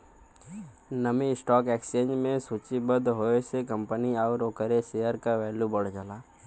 नामी stock exchange में सूचीबद्ध होये से कंपनी आउर ओकरे शेयर क वैल्यू बढ़ जाला